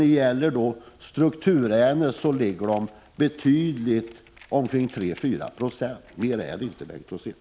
När det gäller strukturärenden avslås 3—4 96. Mer är det inte, Bengt Rosén.